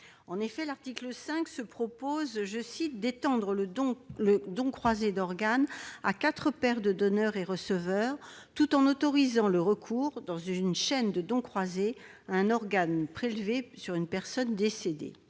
En effet, l'article 5 prévoit d'étendre le don croisé d'organes à quatre paires de donneurs et receveurs tout en autorisant le recours, dans une chaîne de dons croisés, à un organe prélevé sur une personne décédée.